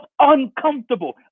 uncomfortable